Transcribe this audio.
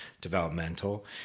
developmental